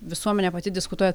visuomenė pati diskutuoja